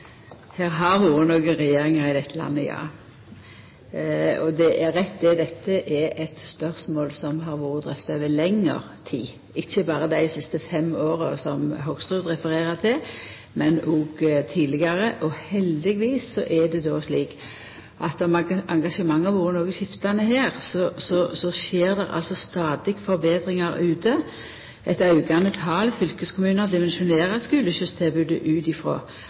rett, dette er eit spørsmål som har vore drøfta over lengre tid, ikkje berre dei siste fem åra, som Hoksrud refererer til, men òg tidlegare. Og heldigvis er det slik at om engasjementet har vore noko skiftande her, skjer det stadig forbetringar ute. Eit aukande tal fylkeskommunar dimensjonerer skuleskysstilbodet ut